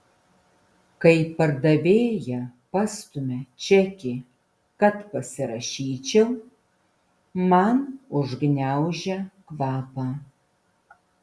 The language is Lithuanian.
kai pardavėja pastumia čekį kad pasirašyčiau man užgniaužia kvapą